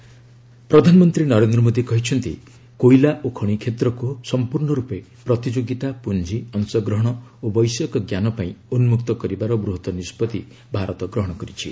PM coal ପ୍ରଧାନମନ୍ତ୍ରୀ ନରେନ୍ଦ୍ର ମୋଦି କହିଛନ୍ତି କୋଇଲା ଓ ଖଣି କ୍ଷେତ୍ରକୁ ସମ୍ପୂର୍ଣ୍ଣରୂପେ ପ୍ରତିଯୋଗିତା ପୁଞ୍ଜି ଅଂଶଗ୍ରହଣ ଓ ବୈଷୟିକ ଜ୍ଞାନ ପାଇଁ ଉନ୍କକ୍ତ କରିବାର ବୂହତ୍ତ ନିଷ୍ପଭି ଭାରତ ଗ୍ରହଣ କରିଛି